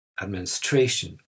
administration